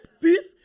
peace